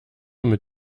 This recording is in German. mit